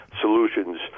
solutions